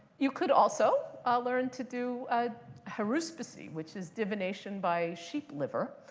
you could also ah learn to do haruspicy, which is divination by sheep liver,